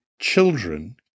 children